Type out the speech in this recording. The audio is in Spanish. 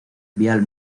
vial